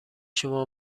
شما